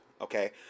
okay